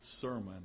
sermon